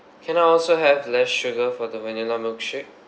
can I also have less sugar for the vanilla milkshake